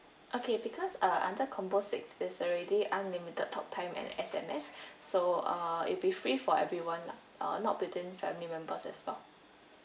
okay because uh under combo six is already unlimited talk time and S_M_S so uh it'd be free for everyone lah uh not within family members and spouse